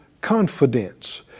confidence